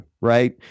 right